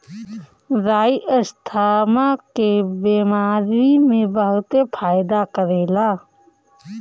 राई asthma के बेमारी में बहुते फायदा करेला